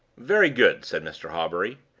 very good, said mr. hawbury.